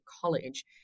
College